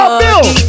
bill